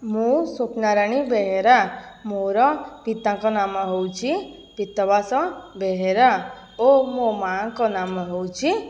ମୁଁ ସ୍ୱପ୍ନାରାଣୀ ବେହେରା ମୋ'ର ପିତାଙ୍କ ନାମ ହେଉଛି ପୀତବାସ ବେହେରା ଓ ମୋ' ମା'ଙ୍କ ନାମ ହେଉଛି